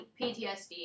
PTSD